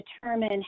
determine